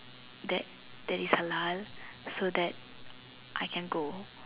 that that is halal so that I can go